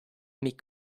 mais